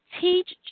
teach